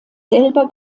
selber